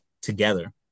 together